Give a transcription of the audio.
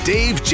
Dave